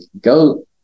go